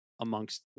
amongst